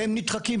והם נדחקים.